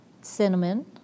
cinnamon